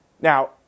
Now